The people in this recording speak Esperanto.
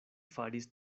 faris